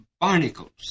barnacles